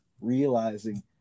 realizing